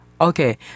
Okay